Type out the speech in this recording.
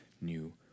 new